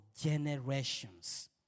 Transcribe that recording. generations